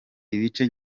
ibice